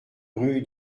rue